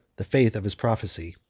the faith of his prophecy.